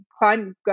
climb